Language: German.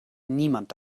niemand